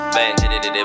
Bang